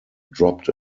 dropped